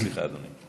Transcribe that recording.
סליחה, אדוני.